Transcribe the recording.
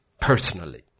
Personally